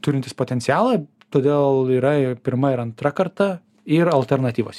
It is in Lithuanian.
turintys potencialą todėl yra pirma ir antra karta ir alternatyvos